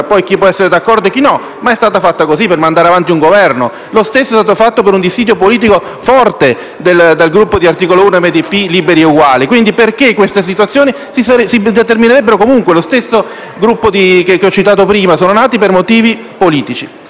poi si può essere d'accordo o meno, ma sono state fatte per mandare avanti un Governo. Lo stesso è stato fatto per un dissidio politico forte del Gruppo di Articolo 1-MDP Liberi e Uguali, perché queste situazioni si determinerebbero comunque. Gli stessi Gruppi che ho citato prima sono nati per motivi politici.